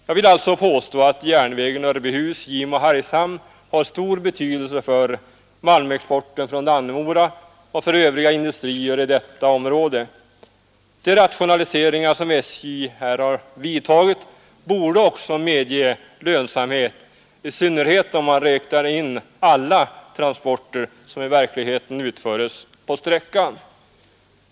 Jag vill alltså påstå att järnvägen Örbyhus—Gimo-—Hargshamn har stor betydelse för malmexporten från Dannemora och för övriga industrier i detta område. De rationaliseringar som SJ har vidtagit här borde också medge lönsamhet, i synnerhet om man räknar in alla transporter som i verkligheten utföres på sträckan.